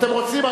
אתם רוצים?